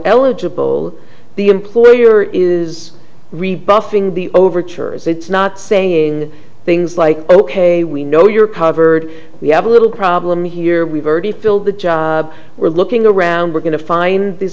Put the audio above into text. eligible the employer is rebuffing the overtures it's not saying things like oh ok we know you're covered we have a little problem here we've already filled the job we're looking around we're going to find